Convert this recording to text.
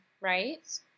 right